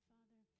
Father